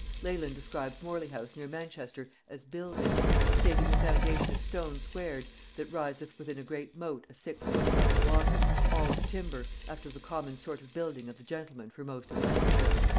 leland describes morley-house near manchester as builded saving the foundation of stone squared that riseth within a great mote a six foot above the water all of timber, after the common sort of building of the gentlemen for most of lancashire